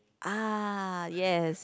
ah yes